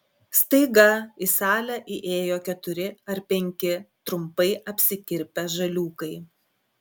staiga į salę įėjo keturi ar penki trumpai apsikirpę žaliūkai